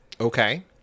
okay